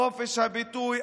חופש הביטוי,